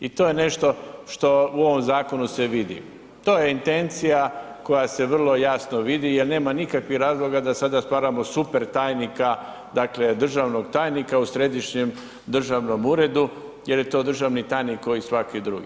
I to je nešto što u ovom zakonu se vidi, to je intencija koja se vrlo jasno vidi jer nema nikakvih razloga da sada stvaramo super tajnika, dakle državnog tajnika u središnjem državnom uredu jer je to državni tajnik kao i svaki drugi.